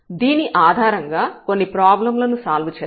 దీని ఆధారంగా కొన్ని ప్రాబ్లం లను సాల్వ్ చేద్దాం